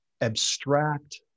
abstract